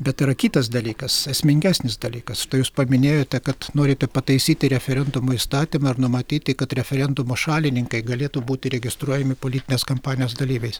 bet yra kitas dalykas esmingesnis dalykas štai jūs paminėjote kad norite pataisyti referendumo įstatymą ir numatyti kad referendumo šalininkai galėtų būti registruojami politinės kampanijos dalyviais